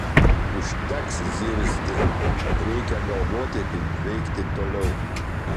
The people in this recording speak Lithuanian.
užteks zirzti reikia galvoti kaip veikti toliau